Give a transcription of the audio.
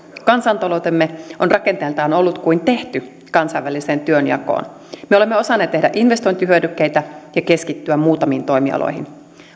kansantaloutemme on rakenteeltaan ollut kuin tehty kansainväliseen työnjakoon me olemme osanneet tehdä investointihyödykkeitä ja keskittyä muutamiin toimialoihin